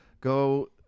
Go